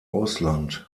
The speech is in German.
ausland